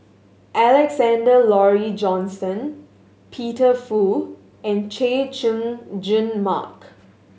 Alexander Laurie Johnston Peter Fu and Chay Jung Jun Mark